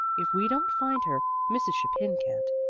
if we don't find her, mrs. chapin can't.